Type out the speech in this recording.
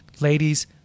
ladies